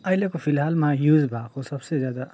अहिलेको फिलहालमा युज भएको सबसे ज्यादा